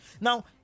Now